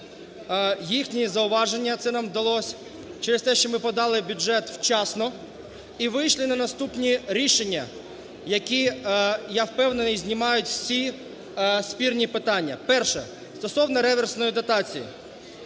їхні зауваження. Це нам вдалось через те, що ми подали бюджет вчасно і вийшли на наступні рішення, які, я впевнений, знімають всі спірні питання. Перше. Стосовно реверсної дотації.